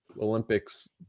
Olympics